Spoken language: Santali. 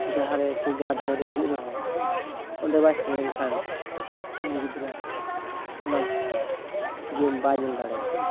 ᱡᱟᱦᱟᱸᱨᱮ ᱥᱮ ᱡᱟᱦᱟᱸ ᱰᱟᱦᱤᱨᱮ ᱦᱩᱭᱩᱜ ᱨᱮᱦᱚᱸ ᱚᱸᱰᱮ ᱵᱟᱭ ᱥᱮᱱᱞᱮᱱ ᱠᱷᱟᱱ ᱩᱱᱤ ᱜᱤᱫᱽᱨᱟᱹ ᱚᱱᱟ ᱜᱮᱢ ᱵᱟᱭ ᱧᱮᱞ ᱫᱟᱲᱮᱭᱟᱜᱼᱟ